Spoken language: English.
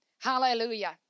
Hallelujah